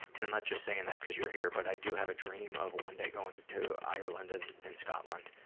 and i'm not just saying that cause you're here, but i do have a dream of one day going to ireland, and and scotland,